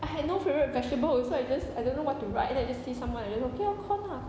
I had no favourite vegetable so I just I don't know what to write and then I just see someone I don't know okay ah corn